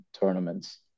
tournaments